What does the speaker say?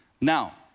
Now